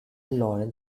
loren